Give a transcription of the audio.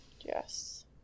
Yes